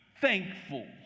thankful